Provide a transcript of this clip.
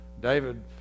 david